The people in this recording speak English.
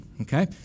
Okay